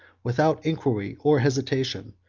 without inquiry or hesitation,